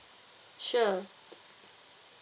sure